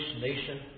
nation